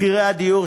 מחירי הדיור,